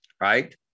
right